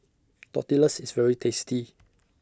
Tortillas IS very tasty